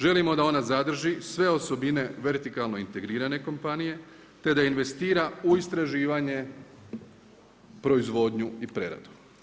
Želimo da ona sadrži sve osobine vertikalno integrirano kompanije, te da investira u istraživanje proizvodnju i preradu.